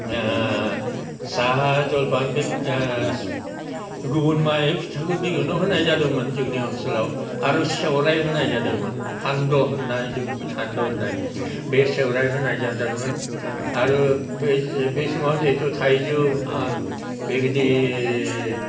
साहा जलफान बे गुबुन माइ फिथाइखौ दिहुननो होनाय जादोंमोन जोंनि ओनसोलाव आरो सेवराय होनाय जादोंमोन हानद' होननाय जोंनि बे सानद' होननाय बे सेवराइ होनाय जानदोंमोन आरो बे बे समाव जिहेथु थाइजौ बेबादि